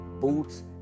boots